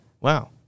Wow